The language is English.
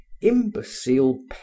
imbecile